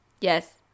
Yes